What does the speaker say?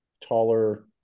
taller